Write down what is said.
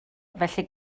felly